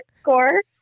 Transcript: score